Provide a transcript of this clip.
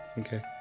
Okay